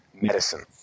medicine